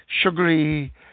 sugary